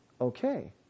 Okay